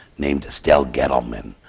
named estelle gettelman